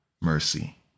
mercy